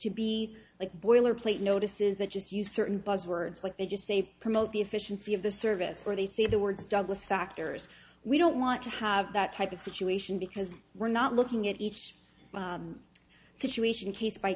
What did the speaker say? to be like boilerplate notices that just use certain buzzwords like they just say promote the efficiency of the service or they see the words douglas factors we don't want to have that type of situation because we're not looking at each situation case by